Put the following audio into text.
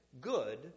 good